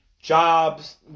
jobs